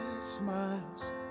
smiles